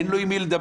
אין לו עם מי לדבר.